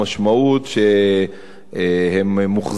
כי למיטב ידיעתי,